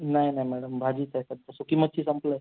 नाही नाही मॅडम भाजीच आहे फक्त सुकी मच्छी संपलं आहे